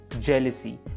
jealousy